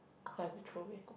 so I have to throw it